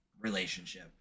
relationship